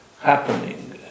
happening